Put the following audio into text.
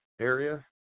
area